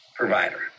provider